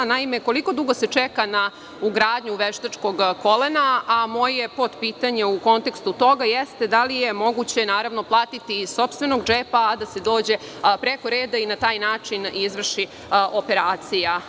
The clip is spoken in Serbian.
Naime, koliko dugo se čeka na ugradnju veštačkog kolena, a moje potpitanje u kontekstu toga jeste da li je moguće platiti iz sopstvenog džepa, a da se dođe preko reda i na taj način izvrši operacija?